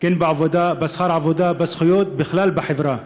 בשכר העבודה, בזכויות ובכלל בחברה.